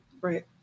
Right